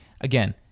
again